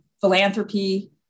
philanthropy